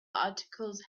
articles